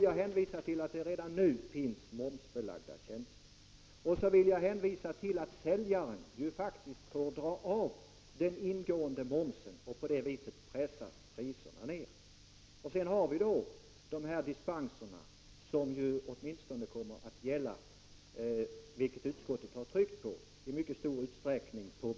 Jag hänvisar då till att det redan nu finns momsbelagda tjänster och till att säljaren faktiskt får dra av den ingående momsen. På det viset pressas priserna ned. Till detta kommer dispenserna, som i mycket stor utsträckning kommer att gälla åtminstone på bostadsområdet, det har utskottet tryckt mycket hårt på.